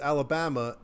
Alabama